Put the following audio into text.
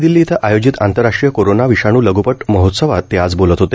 नवी दिल्ली इथं आयोजित आंतरराष्ट्रीय कोरोना विषाणू लघूपट महोत्सवात ते आज बोलत होते